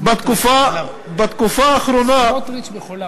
סמוטריץ, סמוֹטריץ, בחולם.